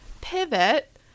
pivot